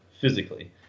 physically